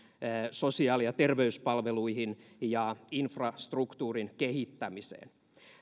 sosiaali ja terveyspalveluihin ja infrastruktuurin kehittämiseen